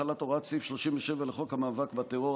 החלת הוראות סעיף 37 לחוק המאבק בטרור,